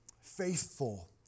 faithful